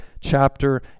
chapter